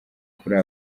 kuri